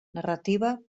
narrativa